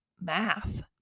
math